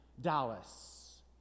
Dallas